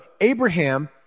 Abraham